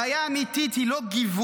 הבעיה האמיתית היא לא גיוון,